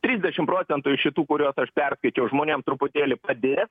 trisdešim procentų iš šitų kuriuos aš perskaičiau žmonėm truputėlį padės